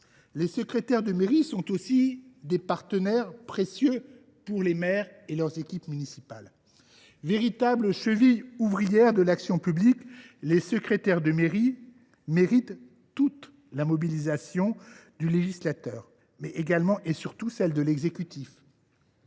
Les secrétaires de mairie sont aussi des partenaires précieux pour les maires et leur équipe municipale. Véritables chevilles ouvrières de l’action publique, ils méritent toute la mobilisation du législateur, mais également et surtout celle de l’exécutif.